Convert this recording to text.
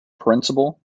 principal